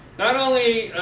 not only